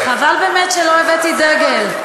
חבל באמת שלא הבאתי דגל.